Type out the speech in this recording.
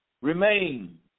remain